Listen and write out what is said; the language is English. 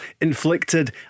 inflicted